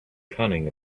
cunning